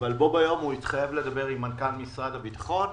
אבל בו ביום הוא התחייב לדבר עם מנכ"ל משרד הביטחון.